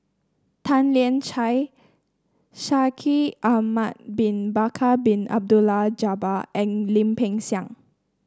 Tan Lian Chye Shaikh Ahmad Bin Bakar Bin Abdullah Jabbar and Lim Peng Siang